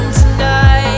tonight